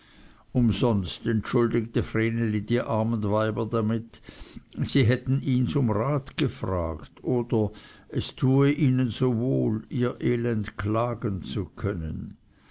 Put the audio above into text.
umsonst entschuldigte vreneli die armen weiber damit sie hätten ihns um rat gefragt oder es tue ihnen so wohl ihr elend klagen zu können